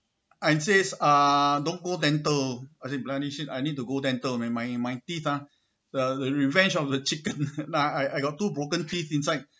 says uh don't go dental I say bloody shit I need to go dental my my teeth ah the the revenge of the chicken I I got two broken teeth inside